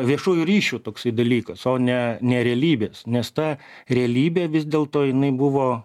viešųjų ryšių toksai dalykas o ne ne realybės nes ta realybė vis dėlto jinai buvo